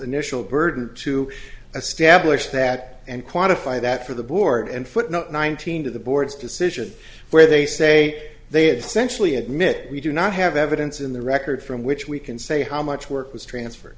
initial burden to establish that and quantify that for the board and footnote nineteen to the board's decision where they say they had sensually admit we do not have evidence in the record from which we can say how much work was transferred